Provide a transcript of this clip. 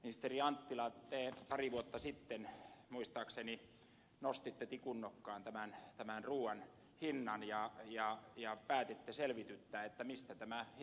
ministeri anttila te pari vuotta sitten muistaakseni nostitte tikun nokkaan ruuan hinnan ja päätitte selvityttää mistä hinta muodostuu